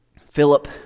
Philip